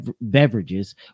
beverages